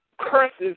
curses